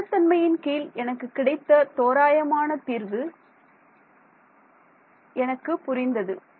ஸ்திரத்தன்மையின் கீழ் எனக்கு கிடைத்த தோராயமான தீர்வு எனக்கு புரிந்தது